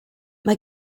mae